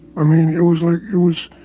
i mean, it was like, it was,